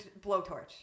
blowtorch